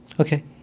okay